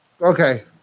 Okay